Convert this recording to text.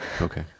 Okay